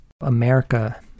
America